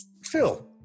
Phil